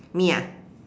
me ah